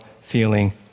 feeling